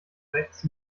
rechts